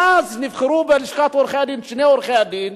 ואז נבחרו בלשכת עורכי-הדין שני עורכי-הדין,